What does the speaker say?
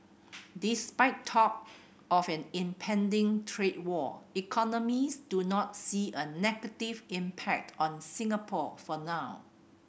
despite talk of an impending trade war economist do not see a negative impact on Singapore for now